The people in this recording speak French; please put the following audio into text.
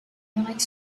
amérique